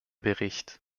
bericht